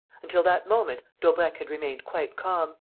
until that moment daubrecq had remained quite calm.